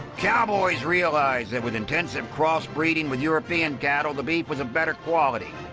cowboys realised that with intensive crossbreeding with european cattle, the beef was a better quality,